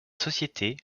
société